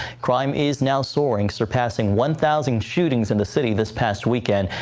crime is now soaring, surpassing one thousand shootings in the city this past weekend.